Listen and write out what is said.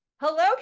Hello